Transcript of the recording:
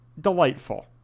delightful